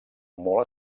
molt